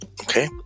okay